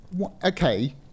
okay